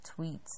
tweets